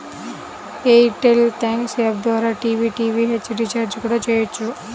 air tell thanks app ద్వారా TV DTH recharge కూడా చెయ్యొచ్చు